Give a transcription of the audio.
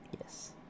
Yes